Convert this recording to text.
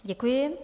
Děkuji.